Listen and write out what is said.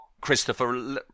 Christopher